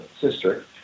sister